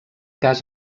cas